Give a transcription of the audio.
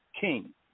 king